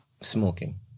smoking